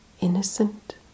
innocent